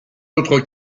autres